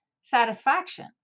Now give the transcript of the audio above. satisfaction